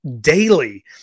daily